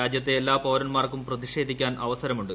രാജ്യത്തെ എല്ലാ പൌരൻമാർക്കും പ്രതിഷേധിക്കാൻ അവസരമുണ്ട്